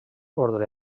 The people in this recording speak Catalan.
ordre